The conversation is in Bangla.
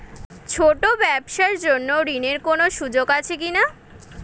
ছোট ব্যবসার জন্য ঋণ এর কোন সুযোগ আছে কি না?